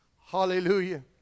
Hallelujah